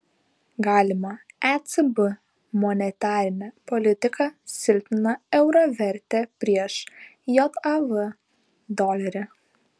galima ecb monetarinė politika silpnina euro vertę prieš jav dolerį